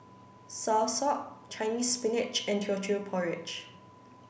Soursop Chinese Spinach and Teochew Porridge